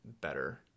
better